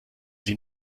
sie